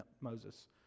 Moses